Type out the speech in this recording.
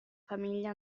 famiglia